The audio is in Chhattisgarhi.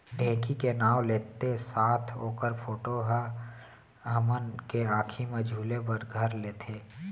ढेंकी के नाव लेत्ते साथ ओकर फोटो ह हमन के आंखी म झूले बर घर लेथे